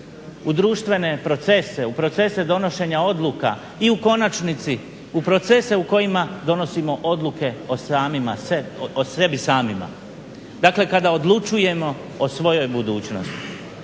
u društvene procese, u procese donošenja odluka i konačnici u procese u kojima donosimo odluke o samima sebi, o sebi samima dakle, kada odlučujemo o svojoj budućnosti.